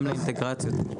גם לאינטגרציות.